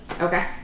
Okay